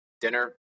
dinner